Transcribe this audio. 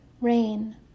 rain